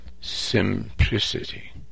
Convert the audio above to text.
simplicity